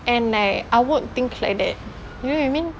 and like I won't think like that you know what I mean